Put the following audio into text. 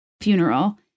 funeral